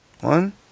One